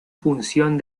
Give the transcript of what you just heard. función